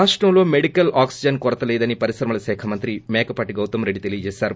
రాష్టంలో medical oxygen కొరత లేదని పరిశ్రమల శాఖ మంత్రి మేకపాటి గౌతమ్ రెడ్డి తెలిపారు